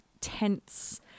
tense